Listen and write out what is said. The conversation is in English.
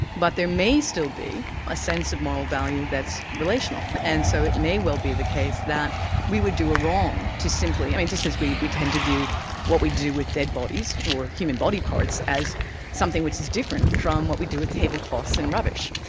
but there may still be a sense of moral value that's relational. and so it may well be the case that we would do a wrong to simply and just as we we tend to view what we do with dead bodies, or human body parts, as something which is different from what we do with tablecloths and rubbish,